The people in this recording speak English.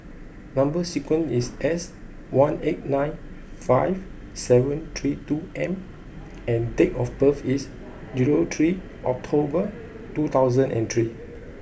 number sequence is S one eight nine five seven three two M and date of birth is zero three October two thousand and three